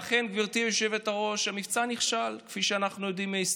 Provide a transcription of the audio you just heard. ואפקטיבי, מה שימנע כמובן את